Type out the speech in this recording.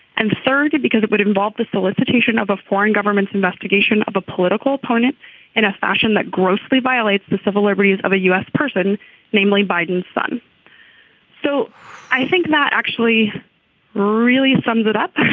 and thirdly because it would involve the solicited action of a foreign governments investigation of a political opponent in a fashion that grossly violates the civil liberties of a u s. person namely biden's son so i think that actually really sums it up